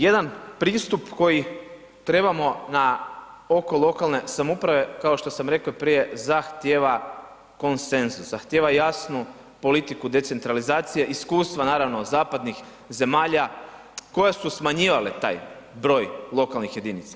Jedan pristup koji trebamo na, oko lokalne samouprave kao što sam rekao i prije zahtjeva konsenzus, zahtijeva jasnu politiku decentralizacije, iskustva naravno zapadnih zemalja koje su smanjivale taj broj lokalnih jedinica.